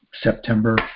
September